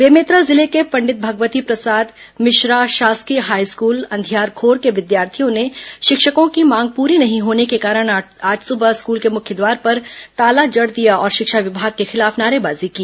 बेमेतरा जिले के पंडित भगवती प्रसाद मिश्रा शासकीय हाईस्कूल अंधियारखोर के विद्यार्थियों ने शिक्षकों की मांग पूरी नहीं होने के कारण आज सुबह स्कल के मुख्य द्वार पर ताला जड दिया और शिक्षा विभाग के खिलाफ नारेबाजी की